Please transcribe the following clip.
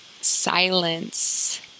silence